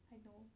I know